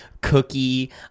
cookie